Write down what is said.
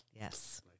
Yes